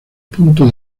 punto